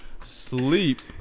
Sleep